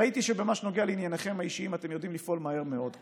ראיתי שבמה שנוגע לענייניכם האישיים אתם יודעים לפעול מהר מאוד כאן: